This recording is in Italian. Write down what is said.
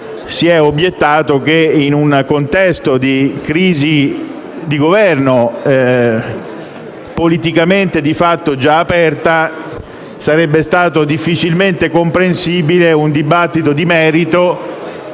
si è obiettato che in un contesto di crisi di Governo, politicamente di fatto già aperta, sarebbe stato difficilmente comprensibile un dibattito di merito